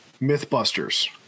Mythbusters